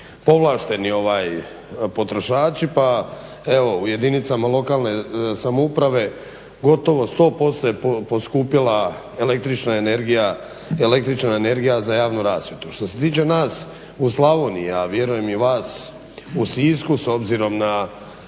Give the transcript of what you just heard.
povlašteni potrošači. Pa evo, u jedinicama lokalne samouprave gotovo 100% je poskupila električna energija za javnu rasvjetu. Što se tiče nas u Slavoniji, a vjerujem i vas u Sisku, s obzirom na